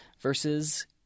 versus